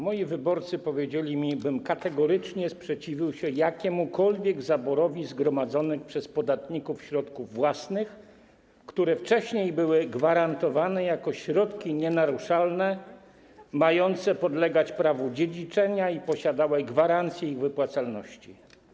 Moi wyborcy powiedzieli mi, bym kategorycznie sprzeciwił się jakiemukolwiek zaborowi zgromadzonych przez podatników środków własnych, które wcześniej były gwarantowane jako środki nienaruszalne mające podlegać prawu dziedziczenia i posiadały gwarancję ich wypłacalności.